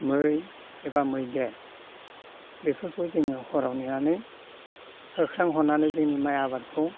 मै एबा मैदेर बेफोरखौ जोङो हराव नेनानै होख्रां हरनानै जोंनि माइ आबादखौ